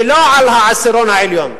ולא על העשירון העליון,